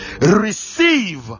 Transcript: receive